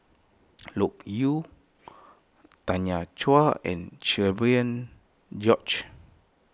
Loke Yew Tanya Chua and Cherian George